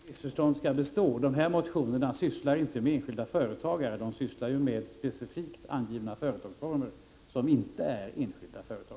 Herr talman! För att ett missförstånd inte skall bestå vill jag säga att dessa motioner inte sysslar med enskilda företagare — de sysslar med specifikt angivna företagsformer, som inte är enskilda företagare.